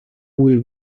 will